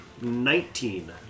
Nineteen